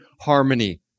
harmony